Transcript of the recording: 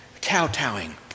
cow-towing